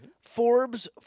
Forbes